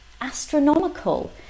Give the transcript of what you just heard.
astronomical